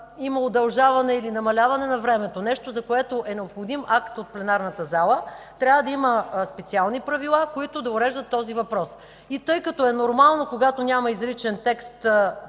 има удължаване, или намаляване на времето – нещо, за което е необходим акт на пленарната зала, трябва да има специални правила, които да уреждат този въпрос. Тъй като е нормално, когато няма изричен текст,